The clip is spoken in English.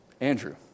Andrew